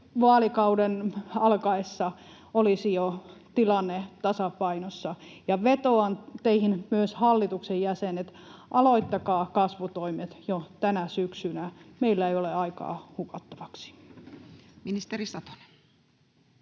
vaalikauden alkaessa olisi jo tilanne tasapainossa. Vetoan teihin, myös hallituksen jäsenet: aloittakaa kasvutoimet jo tänä syksynä. Meillä ei ole aikaa hukattavaksi. [Speech